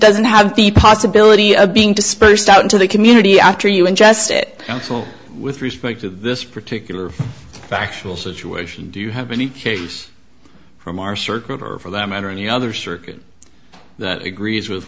doesn't have the possibility of being dispersed out into the community after you ingest it all with respect to this particular factual situation do you have any case from our circuit for that matter any other circuit that agrees with